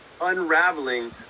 unraveling